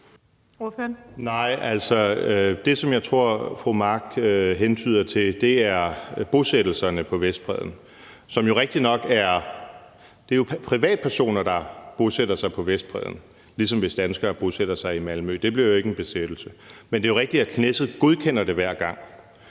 Det, som jeg tror fru Trine Pertou Mach hentyder til, er bosættelserne på Vestbredden. Det er jo privatpersoner, der bosætter sig på Vestbredden, ligesom hvis danskere bosætter sig i Malmø; det bliver det jo ikke en besættelse af. Men det er rigtigt, at Knesset godkender det hver gang.